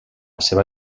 seva